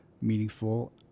meaningful